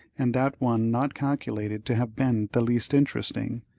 and that one not calculated to have been the least interesting,